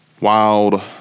wild